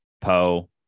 Poe